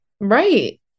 Right